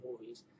movies